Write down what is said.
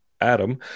adam